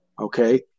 okay